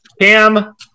Cam